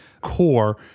core